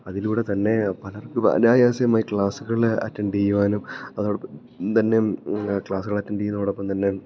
അതിലൂടെ തന്നെ പലർ അനായാസമായി ക്ലാസ്സുകള് അറ്റൻഡ്യ്യുവാനും അതോടൊപ്പം തന്നെ ക്ലാസുകൾ അറ്റൻഡ് ചെയ്യുന്നതോടൊപ്പം തന്നെ